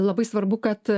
labai svarbu kad